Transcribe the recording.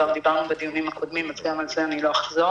כבר דיברנו על זה בדיונים הקודמים אז גם על זה לא אחזור.